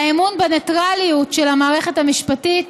האמון בנייטרליות של המערכת המשפטית